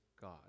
God